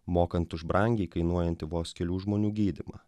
mokant už brangiai kainuojantį vos kelių žmonių gydymą